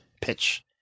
pitch